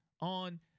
on